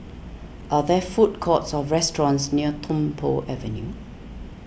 are there food courts or restaurants near Tung Po Avenue